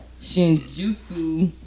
Shinjuku